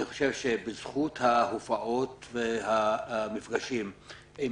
אני חושב שבזכות ההופעות והמפגשים עם